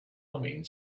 humming